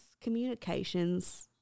communications